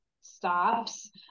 stops